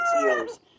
years